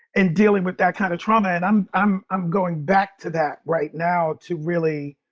and dealing with that kind of trauma. and i'm, i'm, i'm going back to that right now to really.